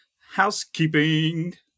housekeeping